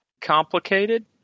complicated